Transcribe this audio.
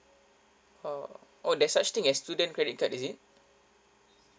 oh oh there's such thing as student credit card is it